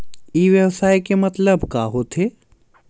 ई व्यवसाय के मतलब का होथे?